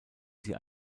sie